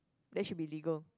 that should be legal